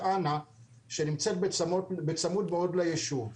שנמצאת בצמוד מאוד ליישוב.